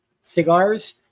cigars